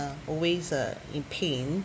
I always uh in pain